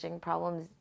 problems